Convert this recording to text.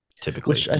Typically